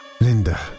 Linda